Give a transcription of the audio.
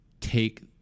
take